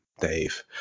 Dave